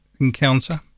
encounter